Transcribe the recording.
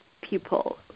people